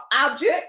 object